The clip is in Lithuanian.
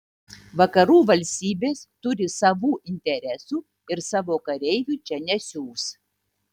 vakarų valstybės turi savų interesų ir savo kareivių čia nesiųs